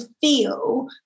feel